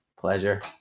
pleasure